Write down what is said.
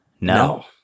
No